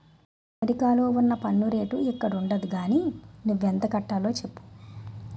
అమెరికాలో ఉన్న పన్ను రేటు ఇక్కడుండదు గానీ నువ్వెంత కట్టాలో చెప్పు